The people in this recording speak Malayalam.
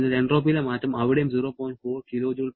അതിനാൽ എൻട്രോപ്പിയിലെ മാറ്റം അവിടെയും 0